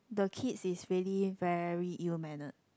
the kid is really very ill mannered